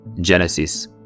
Genesis